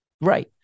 right